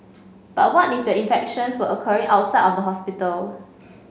but what if the infections were occurring outside of the hospital